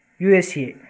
USA